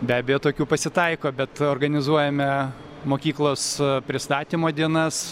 be abejo tokių pasitaiko bet organizuojame mokyklos pristatymo dienas